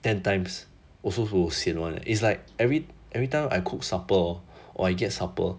ten times also will sian [one] eh is like every every time I cook supper hor or I get supper